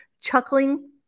chuckling